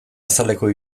azaleko